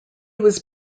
was